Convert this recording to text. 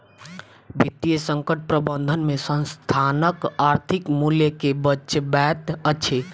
वित्तीय संकट प्रबंधन में संस्थानक आर्थिक मूल्य के बचबैत अछि